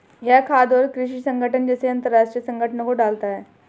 यह खाद्य और कृषि संगठन जैसे अंतरराष्ट्रीय संगठनों को डालता है